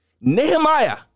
Nehemiah